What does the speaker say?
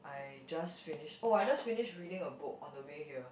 I just finished oh I just finished reading a book on the way here